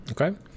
Okay